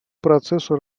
процессу